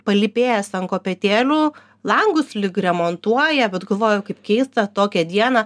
palypėjęs ant kopėtėlių langus lyg remontuoja bet galvoju kaip keista tokią dieną